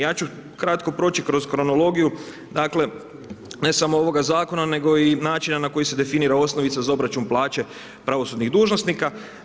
Ja ću kratko proći kroz kronologiju, dakle ne samo ovoga zakona nego i načina na koji se definira osnovica za obračun plaće pravosudnih dužnosnika.